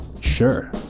sure